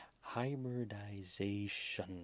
hybridization